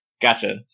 Gotcha